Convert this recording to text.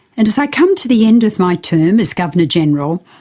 and as i come to the end of my term as governor-general,